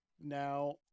now